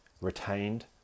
retained